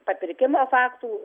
papirkimo faktų